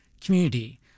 community